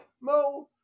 Mo